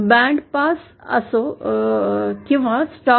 band pass असो की band stop